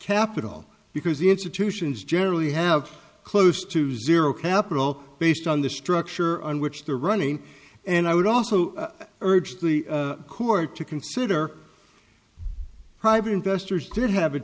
capital because the institutions generally have close to zero capital based on the structure on which the running and i would also urge the court to consider private investors could have a